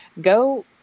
go